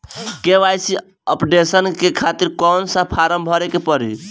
KYC updation के खातिर कौन सा फारम भरे के पड़ी?